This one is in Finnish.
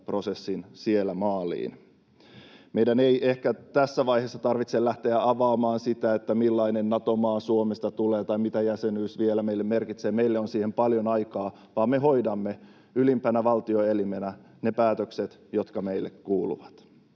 prosessin siellä maaliin. Meidän ei ehkä tässä vaiheessa tarvitse lähteä avaamaan sitä, millainen Nato-maa Suomesta tulee tai mitä jäsenyys vielä meille merkitsee — meillä on siihen paljon aikaa — vaan me hoidamme ylimpänä valtioelimenä ne päätökset, jotka meille kuuluvat.